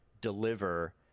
deliver